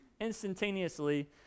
instantaneously